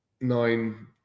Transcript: nine